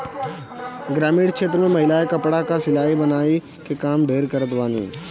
ग्रामीण क्षेत्र में महिलायें कपड़ा कअ सिलाई बुनाई के काम ढेर करत बानी